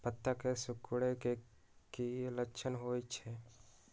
पत्ता के सिकुड़े के की लक्षण होइ छइ?